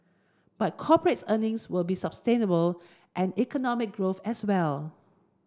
but corporate earnings will be sustainable and economic growth as well